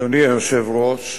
אדוני היושב-ראש,